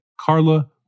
Carla